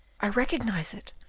i recognise it.